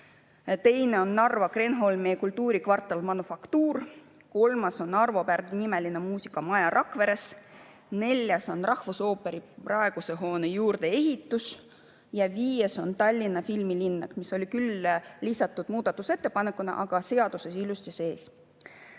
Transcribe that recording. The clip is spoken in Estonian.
teine on Narva Kreenholmi kultuurikvartal "Manufaktuur", kolmas on Arvo Pärdi nimeline muusikamaja Rakveres, neljas on rahvusooperi praeguse hoone juurdeehitus ja viies on Tallinna filmilinnak, mis oli küll lisatud muudatusettepanekuna, aga seaduses ilusti sees.